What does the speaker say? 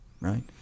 right